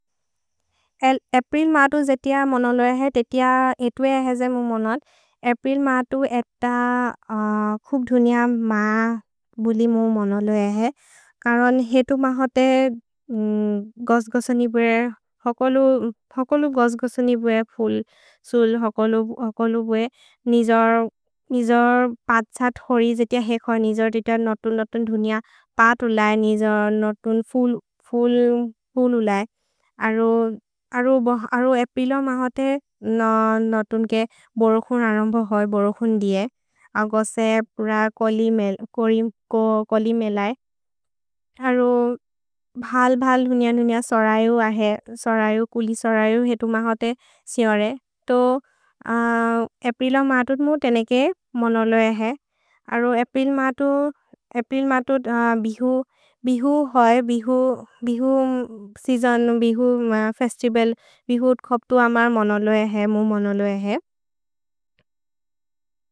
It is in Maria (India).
अप्रिल् म तु जेतिअ मनलोए हए, तेतिअ एतुए हए जेमु मनद्। अप्रिल् म तु एत खुब् धुनिअ म बुलिमु मनलोए हए। करन् हेतु महते गोस्गोसनिबुए, हकोलु गोस्गोसनिबुए फुल् सुल्, हकोलु बुए निजोर् पत् सत् होरि जेतिअ हेखो निजोर् नित नतुन्-नतुन् धुनिअ पत् उलए निजोर् नतुन् फुल् उलए। अरो अप्रिलो महते नतुन्के बोरोकुन् अरोम्बो होइ बोरोकुन् दिए, अगोसे प्र कोलिमेले। अरो भल्-भल् धुनिअ-धुनिअ सरयु अहे, सरयु कुलिसरयु हेतु महते सिओरे। तो अप्रिलो म तु मु तेनिके मनलोए हए। अरो अप्रिल् म तु बिहु होइ, बिहु सेअसोन्, बिहु फेस्तिवल्, बिहु खोब्तु अमर् मनलोए हए, मु मनलोए हए।